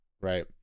right